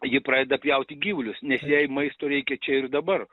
ji pradeda pjauti gyvulius nes jai maisto reikia čia ir dabar